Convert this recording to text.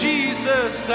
Jesus